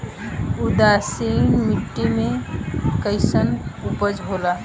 उदासीन मिट्टी में कईसन उपज होला?